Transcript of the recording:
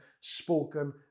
spoken